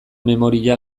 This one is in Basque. memoria